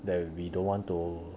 that we don't want to